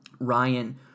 Ryan